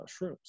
shrooms